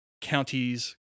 counties